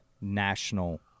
national